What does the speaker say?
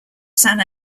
san